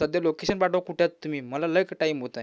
सध्या लोकेशन पाठवा कुठे आहात तुम्ही मला लईक टाईम होत आहे